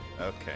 Okay